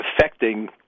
affecting